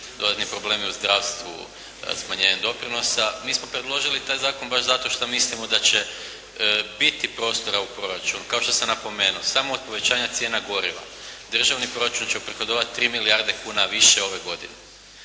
dodatni problemi u zdravstvu, smanjenje doprinosa mi smo predložili taj zakon baš zato šta mislimo da će biti prostora u proračunu kao što sam napomenuo samo od povećanja cijena goriva Državni proračun će uprihodovati 3 milijardi kuna više ove godine.